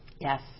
Yes